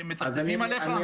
מצפצפים עליך?